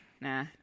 Nah